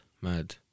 mad